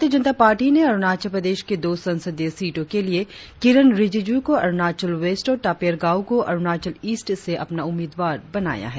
भारतीय जनता पार्टी न अरुणाचल प्रदेश की दो संसदीय सीटों के लिए किरेन रिजिज् को अरुणाचल वेस्ट और तापिर गाव को अरुणाचल ईस्ट से अपना उम्मीदवार बनाया है